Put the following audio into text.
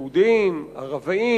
יהודיים, ערביים,